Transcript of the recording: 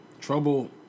Trouble